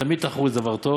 תמיד תחרות זה דבר טוב.